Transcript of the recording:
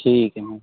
ਠੀਕ ਹੈ ਮੈਮ